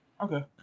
Okay